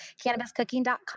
CannabisCooking.com